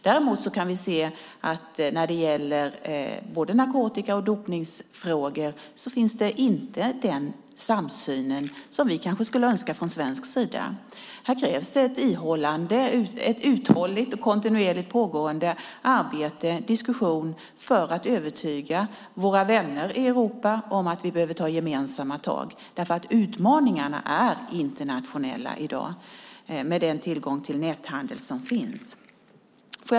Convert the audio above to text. Däremot när det gäller både narkotika och dopningsfrågor finns inte den samsyn som vi skulle önska från svensk sida. Här krävs det ett uthålligt och kontinuerligt arbete och diskussioner för att övertyga våra vänner i Europa om att vi behöver ta gemensamma tag, därför att utmaningarna är internationella i dag med den tillgång till näthandel som finns.